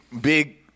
big –